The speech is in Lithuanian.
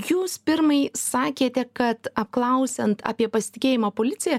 jūs pirmai sakėte kad apklausiant apie pasitikėjimą policija